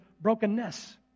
brokenness